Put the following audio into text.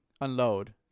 unload